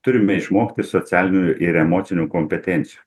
turime išmokti socialinių ir emocinių kompetencijų